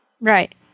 Right